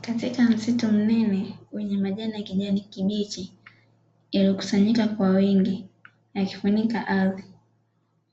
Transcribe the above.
Katika msitu mnene wenye majani ya kijani kibichi, yaliyo kusanyika kwa wingi, yakifunika ardhi,